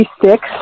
sticks